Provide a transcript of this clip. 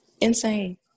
Insane